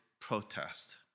protest